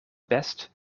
best